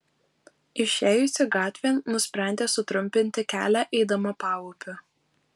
išėjusi gatvėn nusprendė sutrumpinti kelią eidama paupiu